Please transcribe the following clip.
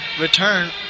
return